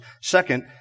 Second